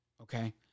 Okay